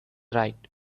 right